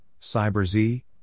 CyberZ